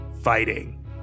fighting